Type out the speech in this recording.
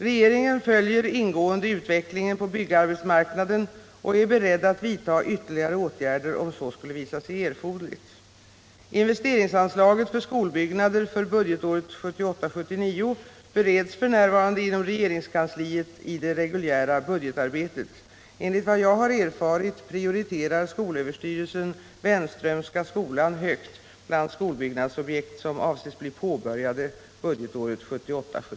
Regeringen följer ingående utvecklingen på byggarbetsmarknaden och är beredd att vidta ytterligare åtgärder om så skulle visa sig erforderligt. Investeringsanslaget för skolbyggnader för budgetåret 1978 79.